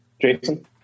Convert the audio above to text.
Jason